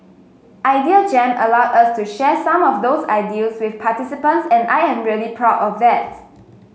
Idea Jam allowed us to share some of those ideals with participants and I am really proud of that